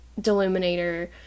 Deluminator